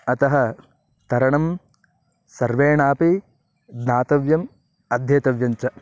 अतः तरणं सर्वेणापि ज्ञातव्यम् अध्येतव्यं च